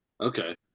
Okay